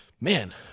Man